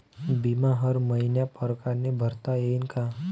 बिमा हर मइन्या परमाने भरता येऊन का?